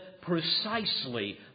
precisely